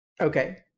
Okay